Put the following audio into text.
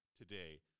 today